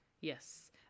Yes